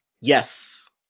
Yes